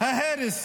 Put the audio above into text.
ההרס